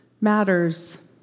matters